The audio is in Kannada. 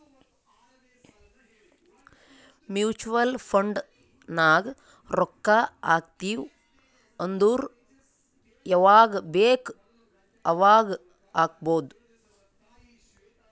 ಮ್ಯುಚುವಲ್ ಫಂಡ್ ನಾಗ್ ರೊಕ್ಕಾ ಹಾಕ್ತಿವ್ ಅಂದುರ್ ಯವಾಗ್ ಬೇಕ್ ಅವಾಗ್ ಹಾಕ್ಬೊದ್